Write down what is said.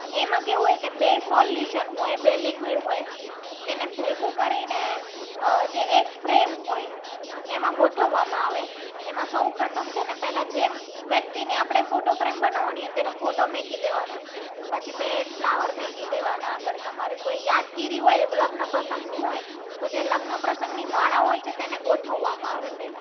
તો એમાં કેવું હોય કે બે સોલ્યુશન હોય બે લિક્વિડ હોય તેને ભેગું કરીને જે એક ફ્રેમ હોય એમાં ગોઠવવામાં આવે એમાં સૌપ્રથમ છે ને પહેલાની જેમ વ્યક્તિને આપણે ફોટો ફ્રેમ બનાવવાની અને તેનો ફોટો મૂકી દેવાનો પછી બે એક ફ્લાવર મૂકી દેવાનાં અગર તમારે કોઈ યાદગીરી હોય લગ્ન પ્રસંગનું હોય તો જે લગ્ન પ્રસંગની માળા હોય છે તેને ગોઠવવામાં આવે પહેલાં